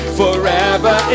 forever